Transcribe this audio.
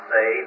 say